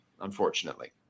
unfortunately